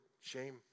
shame